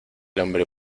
hombre